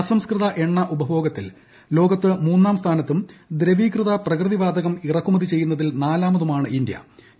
അസംസ്കൃത എണ്ണ ഉപഭോഗത്തിൽ ലോകത്ത് മൂന്നാം സ്ഥാനത്തും ദ്രവീകൃത പ്രകൃതി വാതകം ഇറക്കുമതി ചെയ്യുന്നതിൽ നാലാമതുമാണ് ഇന്തൃ